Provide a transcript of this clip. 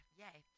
yay